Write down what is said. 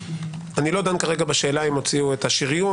קואליציה ואופוזיציה,